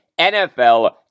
NFL